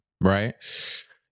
right